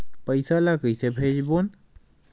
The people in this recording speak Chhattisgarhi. पईसा ला कइसे भेजबोन?